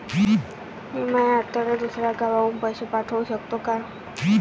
मी माया आत्याले दुसऱ्या गावातून पैसे पाठू शकतो का?